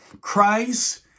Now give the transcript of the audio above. Christ